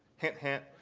hint, hint,